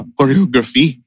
choreography